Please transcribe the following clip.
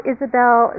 Isabel